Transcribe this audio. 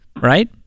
right